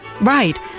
right